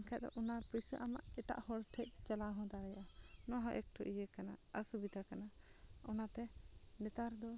ᱮᱱᱠᱷᱟᱱ ᱫᱚ ᱚᱱᱟ ᱯᱚᱭᱥᱟ ᱟᱢᱟᱜ ᱮᱴᱟᱜ ᱦᱚᱲ ᱴᱷᱮᱱ ᱪᱟᱞᱟᱣ ᱦᱚᱸ ᱫᱟᱲᱮᱭᱟᱜᱼᱟ ᱱᱚᱣᱟ ᱦᱚᱸ ᱮᱠᱴᱩ ᱤᱭᱟᱹ ᱠᱟᱱᱟ ᱚᱥᱩᱵᱤᱫᱷᱟ ᱠᱟᱱᱟ ᱚᱱᱟᱛᱮ ᱱᱮᱛᱟᱨ ᱫᱚ